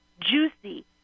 juicy